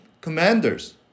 commanders